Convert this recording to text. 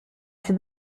się